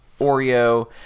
Oreo